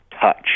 touch